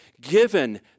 Given